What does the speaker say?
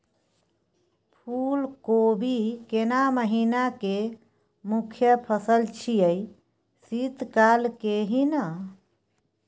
फुल कोबी केना महिना के मुखय फसल छियै शीत काल के ही न?